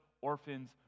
orphans